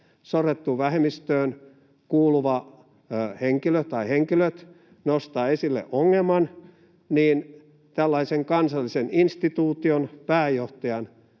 kiistatta ovat — kuuluvat henkilöt nostavat esille ongelman, niin tällaisen kansallisen instituution pääjohtajan